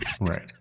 right